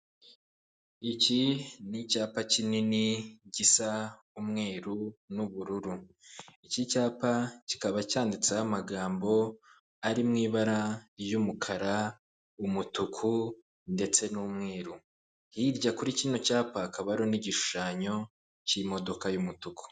Iki ni icyapa kinini gisa umweru n'ubururu, iki cyapa kikaba cyanditseho amagambo ari mu ibara ry'umukara, umutuku ndetse n'umweru hirya kuri kino cyapa akaba hariho n'igishushanyo cy'imodoka y'umutuku.